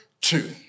two